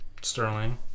Sterling